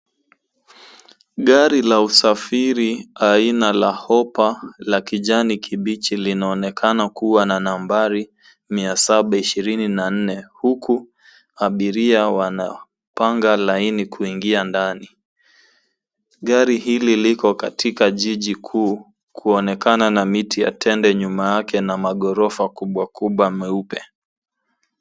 Gari la usafiri aina la hopper la kijani kibichi linaonekana kuwa na nambari mia saba ishirini na nne huku abiria wanapanga laini kuingia ndani. Gari hili liko katika jiji kuu kuonekana miti ya tende nyuma yake na magorofa kubwa kubwa meupe.